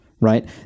Right